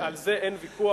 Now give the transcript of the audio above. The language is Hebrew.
על זה אין ויכוח,